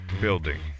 building